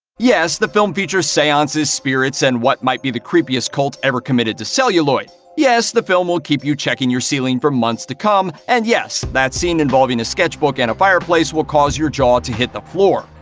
yes, the film features seances, spirits, and what might be the creepiest cult ever committed to celluloid. yes, the movie will keep you checking your ceiling for months to come. and yes, that scene involving a sketchbook and a fireplace will cause your jaw to hit the floor.